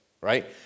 right